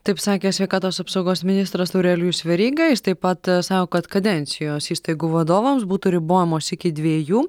taip sakė sveikatos apsaugos ministras aurelijus veryga jis taip pat sako kad kadencijos įstaigų vadovams būtų ribojamos iki dviejų